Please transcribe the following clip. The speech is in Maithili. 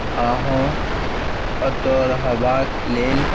अहाँ ओतए रहबाक लेल